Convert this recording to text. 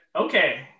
okay